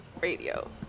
radio